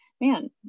man